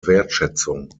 wertschätzung